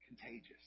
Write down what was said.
contagious